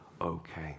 okay